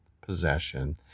possession